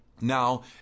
now